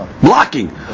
blocking